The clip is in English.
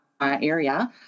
area